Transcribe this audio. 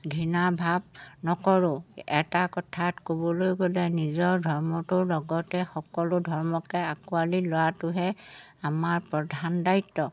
ঘৃণা ভাৱ নকৰোঁ এটা কথাত ক'বলৈ গ'লে নিজৰ ধৰ্মটোৰ লগতে সকলো ধৰ্মকে আঁকোৱালি লোৱাটোহে আমাৰ প্ৰধান দায়িত্ব